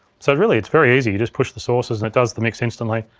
so really it's very easy. you just push the sources and it does the mix instantly.